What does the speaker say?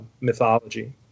mythology